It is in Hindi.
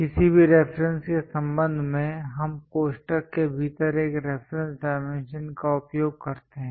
किसी भी रेफरेंस के संबंध में हम कोष्ठक के भीतर एक रेफरेंस डायमेंशन का उपयोग करते हैं